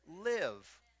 live